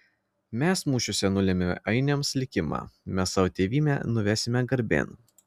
mes mūšiuose nulėmėme ainiams likimą mes savo tėvynę nuvesime garbėn